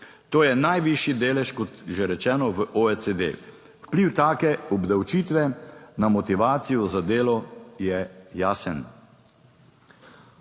to je najvišji delež, kot že rečeno, v OECD. Vpliv take obdavčitve na motivacijo za delo je jasen.